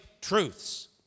truths